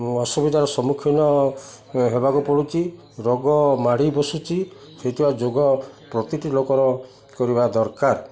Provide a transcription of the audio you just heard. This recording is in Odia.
ଅସୁବିଧାର ସମ୍ମୁଖୀନ ହେବାକୁ ପଡ଼ୁଛି ରୋଗ ମାଡ଼ି ବସୁଛି ହେଇଥିବା ଯୋଗ ପ୍ରତିଟି ଲୋକର କରିବା ଦରକାର